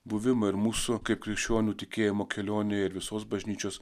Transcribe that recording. buvimą ir mūsų kaip krikščionių tikėjimo kelionę ir visos bažnyčios